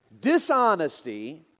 Dishonesty